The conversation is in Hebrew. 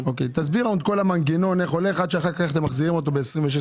תסביר לנו את כל המנגנון עד שאחר-כך אתם מחזירים אותו ב-26',